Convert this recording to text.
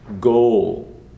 goal